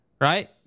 right